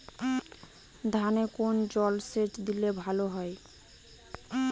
ধানে কোন জলসেচ দিলে ভাল হয়?